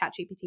ChatGPT